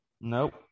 Nope